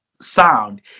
sound